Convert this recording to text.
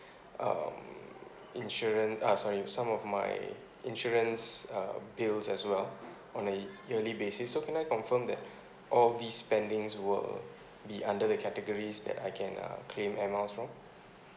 um insurance uh sorry some of my insurance uh bills as well on a yearly basis so can I confirm that all these spendings will be under the categories that I can uh claim air miles from